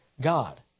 God